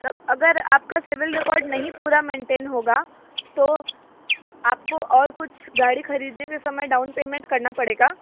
अगर आपका civil record नहीं पूरा मेंटेन होगा तो आपको और कुछ गाड़ी खरीदने के समय डाउन पेमेंट करना पड़ेगा